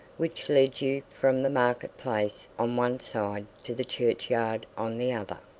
which led you from the market-place on one side to the churchyard on the other.